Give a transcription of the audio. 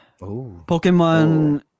pokemon